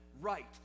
right